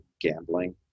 gambling